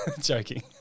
joking